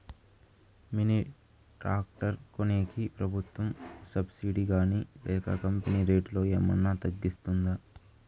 Mini tractor కొనేకి ప్రభుత్వ subsidy గాని లేక కంపెని రేటులో ఏమన్నా తగ్గిస్తుందా?